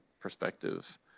perspective